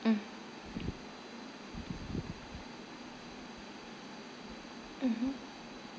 mm mmhmm